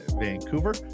Vancouver